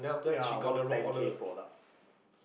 ya worth ten K products